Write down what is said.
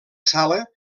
sala